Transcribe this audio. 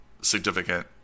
significant